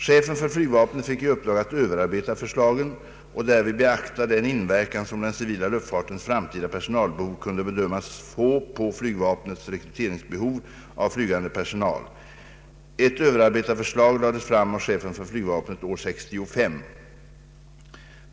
Chefen för flygvapnet fick i uppdrag att överarbeta förslagen och därvid beakta den inverkan som den civila luftfartens framtida personalbehov kunde bedömas få på flygvapnets rekryteringsbehov av flygande personal. Ett överarbetat förslag lades fram av chefen för flygvapnet år 1965.